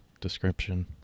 description